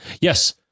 Yes